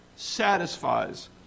Satisfies